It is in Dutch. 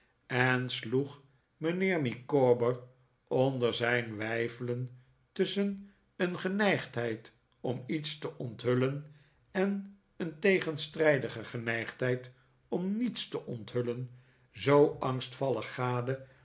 en sloeg mijnheer micawber onder zijn weifelen tusschen een geneigdheid om iets te onthullen en een tegenstrijdige geneigdheid om niets te onthullen zoo angstvallig gade